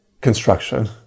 construction